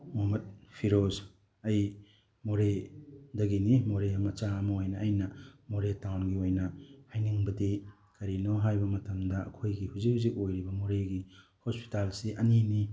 ꯃꯣꯍꯃꯠ ꯐꯤꯔꯣꯁ ꯑꯩ ꯃꯣꯔꯦꯗꯒꯤꯅꯤ ꯃꯣꯔꯦ ꯃꯆꯥ ꯑꯃ ꯑꯣꯏꯅ ꯑꯩꯅ ꯃꯣꯔꯦ ꯇꯥꯎꯟꯒꯤ ꯑꯣꯏꯅ ꯍꯥꯏꯅꯤꯡꯕꯗꯤ ꯀꯔꯤꯅꯣ ꯍꯥꯏꯕ ꯃꯇꯝꯗ ꯑꯩꯈꯣꯏꯒꯤ ꯍꯧꯖꯤꯛ ꯍꯧꯖꯤꯛ ꯑꯣꯏꯔꯤꯕ ꯃꯣꯔꯦꯒꯤ ꯍꯣꯁꯄꯤꯇꯥꯜꯁꯤ ꯑꯅꯤꯅꯤ